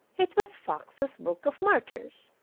it was fox's book of martyrs!